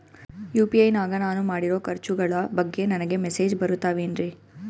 UPI ನಾಗ ನಾನು ಮಾಡಿರೋ ಖರ್ಚುಗಳ ಬಗ್ಗೆ ನನಗೆ ಮೆಸೇಜ್ ಬರುತ್ತಾವೇನ್ರಿ?